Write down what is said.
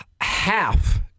half